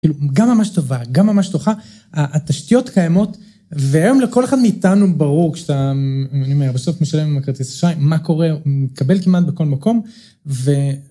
גם ממש טובה, גם ממש דוחה, התשתיות קיימות, והיום לכל אחד מאיתנו ברור, כשאתה, אני אומר, בסוף משלם עם הכרטיס אשראי, מה קורה, הוא מקבל כמעט בכל מקום, ו...